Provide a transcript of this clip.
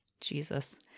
Jesus